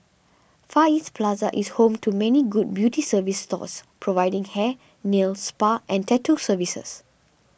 Far East Plaza is home to many good beauty service stores providing hair nail spa and tattoo services